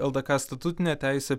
ldk statutinė teisė